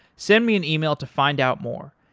send me an email to find out more,